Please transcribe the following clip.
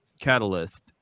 catalyst